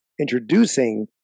introducing